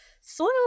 Soil